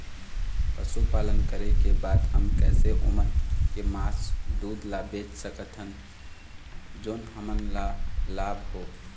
पशुपालन करें के बाद हम कैसे ओमन के मास, दूध ला बेच सकत हन जोन हमन ला लाभ हो?